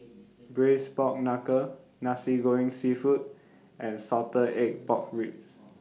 Braised Pork Knuckle Nasi Goreng Seafood and Salted Egg Pork Ribs